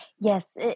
Yes